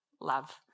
love